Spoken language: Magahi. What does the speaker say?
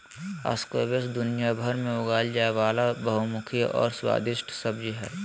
स्क्वैश दुनियाभर में उगाल जाय वला बहुमुखी और स्वादिस्ट सब्जी हइ